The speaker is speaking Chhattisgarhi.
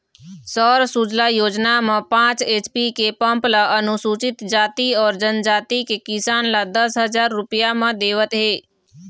सौर सूजला योजना म पाँच एच.पी के पंप ल अनुसूचित जाति अउ जनजाति के किसान ल दस हजार रूपिया म देवत हे